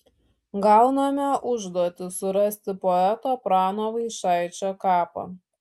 gauname užduotį surasti poeto prano vaičaičio kapą